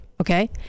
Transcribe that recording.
okay